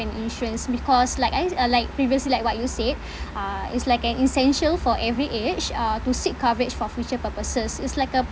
an insurance because like at least uh like previously like what you said uh it's like an essential for every age uh to seek coverage for future purposes it's like a